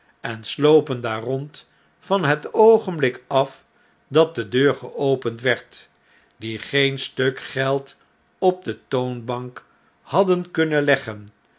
en slopen daar rond van het oogenblik af datde deur geopend werd die geen stuk geld op de toonbank hadden kunnen leggen